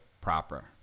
proper